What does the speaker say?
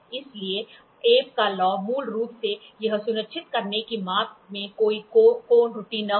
इसलिए अबे का कानून मूल रूप से यह सुनिश्चित करना है कि माप में कोई कोण त्रुटि न हो